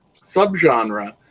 subgenre